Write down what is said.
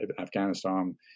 Afghanistan